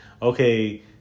Okay